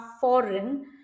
foreign